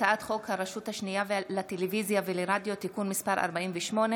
הצעת חוק הרשות השנייה לטלוויזיה ולרדיו (תיקון מספר 48),